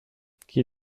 qui